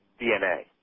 DNA